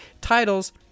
titles